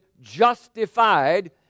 justified